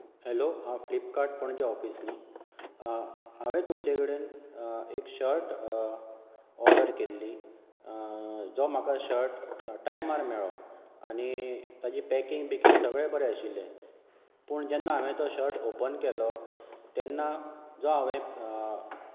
hello आ Flipkart पणजे office न्ही हांवें तुमचे कडेन एक शर्ट ऑर्डर केल्ली जो म्हाका शर्ट टायमार मेळ्ळो आनी तेजी पॅकिंग बिकींग सगळें बरें आशिल्लें पूण जेन्ना तो शर्ट ओपन केलो तेन्ना जो हांवें